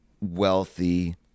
wealthy